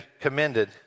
commended